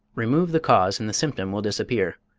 remove the cause and the symptom will disappear.